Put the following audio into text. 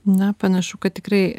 na panašu kad tikrai